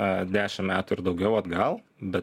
a dešimt metų ir daugiau atgal bet